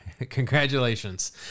Congratulations